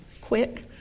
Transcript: Quick